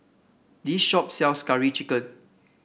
this shop sells Curry Chicken